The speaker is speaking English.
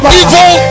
evil